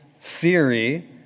theory